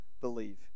believe